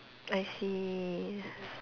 I see